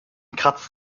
kratzt